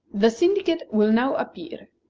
the syndicate will now appear.